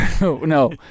No